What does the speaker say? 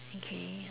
okay